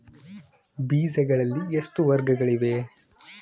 ಬೇಜಗಳಲ್ಲಿ ಎಷ್ಟು ವರ್ಗಗಳಿವೆ?